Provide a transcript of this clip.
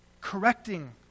correcting